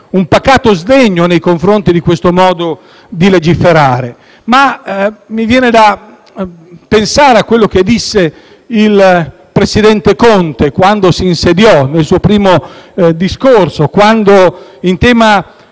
un pacato sdegno nei confronti di questo modo di legiferare. Mi viene da pensare a quello che disse il presidente Conte nel suo primo discorso durante il suo